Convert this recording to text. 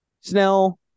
Snell